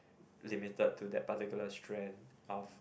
limited to that particular strain of